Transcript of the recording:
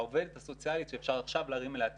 העובדת הסוציאלית שאפשר עכשיו להרים אליה טלפון,